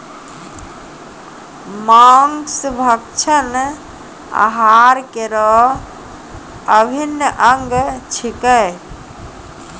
मांस भक्षण आहार केरो अभिन्न अंग छिकै